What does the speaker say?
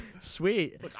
Sweet